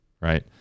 right